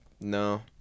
no